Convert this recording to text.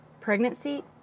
Pregnancy